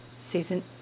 season